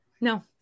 No